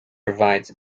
provides